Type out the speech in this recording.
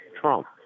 Trump